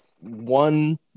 One